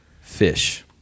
fish